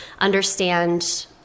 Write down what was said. understand